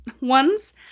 ones